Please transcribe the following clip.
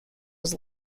was